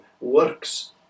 works